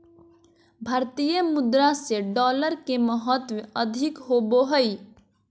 भारतीय मुद्रा से डॉलर के महत्व अधिक होबो हइ